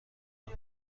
نمی